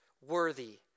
worthy